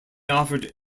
offered